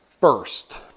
first